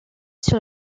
sur